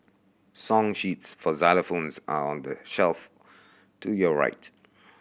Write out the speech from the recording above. song sheets for xylophones are on the shelf to your right